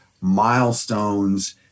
milestones